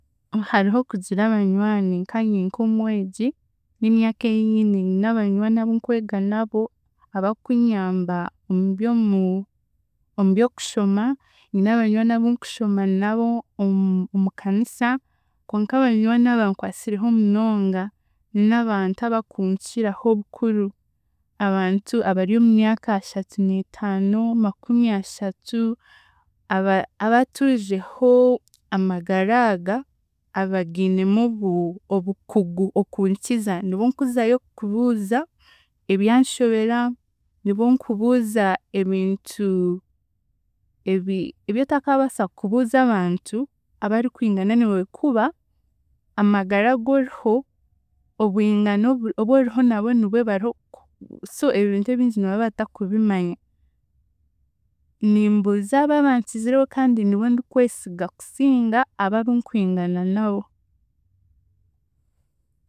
Hariho okugira abanywani nkaanye nk'omwegi n'emyaka ei nyine, nyine abanywani abu nkwega nabo abakunyamba omuby'omu, omu by'okushoma, nyine abanywani abu nkushoma nabo omu omu kanisa konka abanywani abankwasireho munonga n'abantu abakunkiraho obukuru, abantu abari omu myaka ashatu niitaano, makumyashatu, aba- abaatuurireho amagara aga, abagiinemu omu obu- obukugu okunkiza nibo nkuzayo kubuuza ebyanshobera, nibo nkubuuza ebintu, ebi- ebyotakaabaasa kubuuza abantu abarikwingana niiwe kuba, amagara agu oriho, obwingano obu oriho nabo nibwo bariho so ebintu ebingi niba batakubimanya. Nimbuuza aba abankiziriho kandi nibo ndikwesiga kusinga aba abunkwingana nabo.